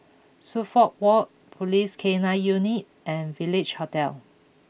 Suffolk Walk Police K nine Unit and Village Hotel